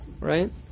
Right